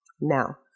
Now